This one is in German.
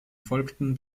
folgten